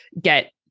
get